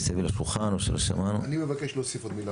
אני מבקש להוסיף עוד מילה